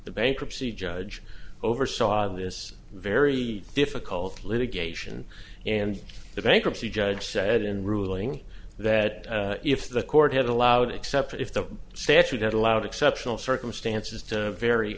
the bankruptcy judge oversaw this very difficult litigation and the bankruptcy judge said in ruling that if the court had allowed except if the statute had allowed exceptional circumstances to vary